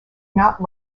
not